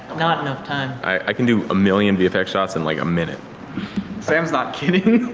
not enough time i can do a million vfx shots in like a minute sam's not kidding